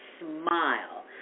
smile